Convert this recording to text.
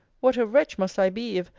what a wretch must i be, if,